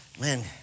man